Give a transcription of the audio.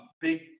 Big